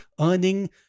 earning